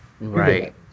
Right